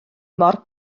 mor